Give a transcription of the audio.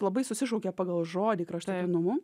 labai susišaukia pagal žodį kraštutinumų